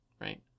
right